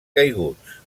caiguts